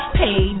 pay